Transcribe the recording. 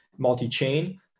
multi-chain